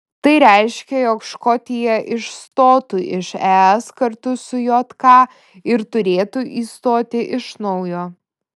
tai reiškia jog škotija išstotų iš es kartu su jk ir turėtų įstoti iš naujo